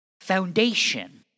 foundation